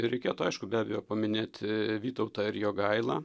reikėtų aišku be abejo paminėti vytautą ir jogailą